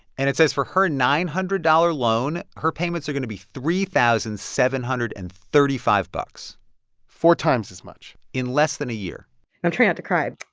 and it says for her nine hundred dollars loan, her payments are going to be three thousand seven hundred and thirty five bucks four times as much in less than a year i'm trying not and to cry.